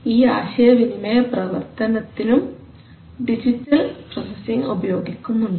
ഈ ആശയ വിനിമയ പ്രവർത്തനത്തിനും ഡിജിറ്റൽ പ്രോസസിംഗ് ഉപയോഗിക്കുന്നുണ്ട്